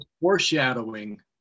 foreshadowing